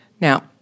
Now